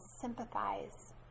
sympathize